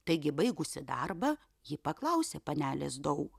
taigi baigusi darbą ji paklausė panelės dau